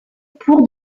pour